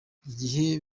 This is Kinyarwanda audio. igihe